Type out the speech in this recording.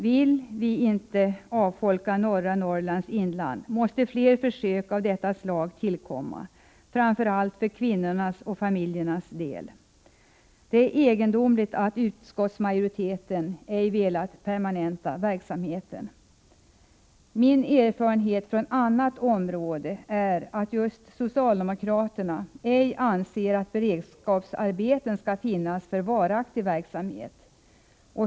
Vill vi inte avfolka norra Norrlands inland måste fler försök av detta slag tillkomma, framför allt för kvinnornas och familjernas skull. Det är egendomligt att utskottsmajoriteten, framför allt socialdemokraterna, ej velat permanenta denna verksamhet. Min erfarenhet från annat område säger mig att socialdemokraterna ej anser att beredskapsarbeten skall anordnas för varaktig verksamhet.